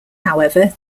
however